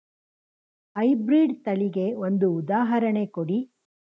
High breed ತಳಿಗೆ ಒಂದು ಉದಾಹರಣೆ ಕೊಡಿ?